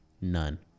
None